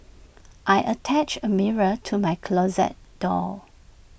I attached A mirror to my closet door